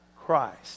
Christ